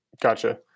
Gotcha